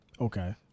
Okay